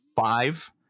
five